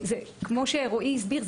כמו שרועי הסביר,